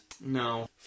No